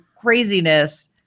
craziness